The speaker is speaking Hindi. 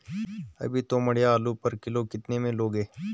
अभी तोमड़िया आलू पर किलो कितने में लोगे?